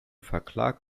verklagt